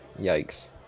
yikes